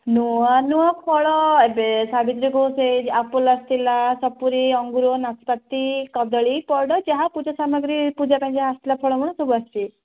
ନୂଆ ନୂଆ ଫଳ ଏବେ ସାବିତ୍ରୀକୁ ସେ ଆପଲ୍ ଆସିଥିଲା ସପୁରି ଅଙ୍ଗୁର ନାସପାତି କଦଳୀ ପଇଡ଼ ଯାହା ପୂଜା ସାମଗ୍ରୀ ପୂଜା ପାଇଁ ଯାହା ଆସିଥିଲା ଫଳମୂଳ ସବୁ ଆସିଛି